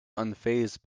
unfazed